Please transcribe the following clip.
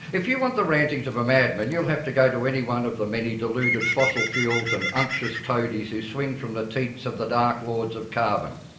if you want the rantings of a madman, you'll have to go to any one of the many deluded fossil fuels and unctuous toadies who swing from the teats of the dark lords of carbon.